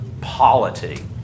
polity